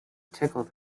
tickle